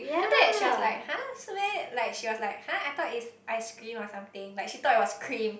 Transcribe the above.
then after that she was like !huh! like she was like !huh! I thought it's ice cream or something like she thought it was cream